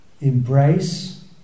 Embrace